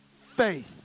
faith